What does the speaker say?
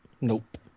Nope